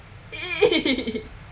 !ee!